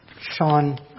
Sean